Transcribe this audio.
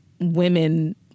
women